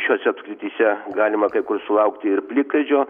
šiose apskrityse galima kai kur sulaukti ir plikledžio